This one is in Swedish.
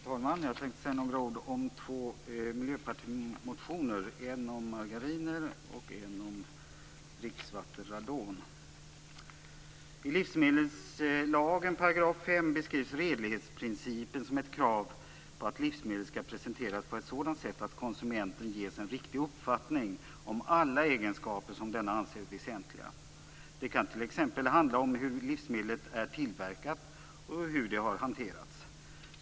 Fru talman! Jag tänkte säga några ord om två miljöpartimotioner, en om margariner och en om dricksvattenradon. I livsmedelslagen 5 § beskrivs redlighetsprincipen som ett krav på att livsmedel skall presenteras på ett sådant sätt att konsumenten ges en riktig uppfattning om alla egenskaper som konsumenten anser väsentliga. Det kan t.ex. handla om hur livsmedlet är tillverkat och hur det har hanterats.